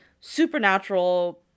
supernatural